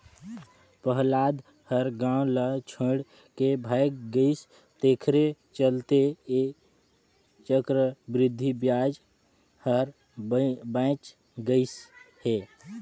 पहलाद ह गाव ल छोएड के भाएग गइस तेखरे चलते ऐ चक्रबृद्धि बियाज हर बांएच गइस हे